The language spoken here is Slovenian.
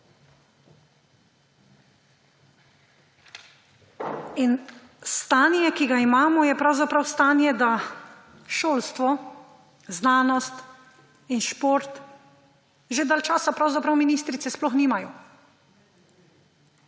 Stanje, ki ga imamo, je pravzaprav stanje, da šolstvo, znanost in šport že dlje časa pravzaprav ministrice sploh nimajo,